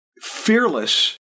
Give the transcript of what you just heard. fearless